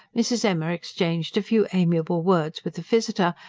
mrs. emma exchanged a few amiable words with visitor,